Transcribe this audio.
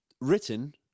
Written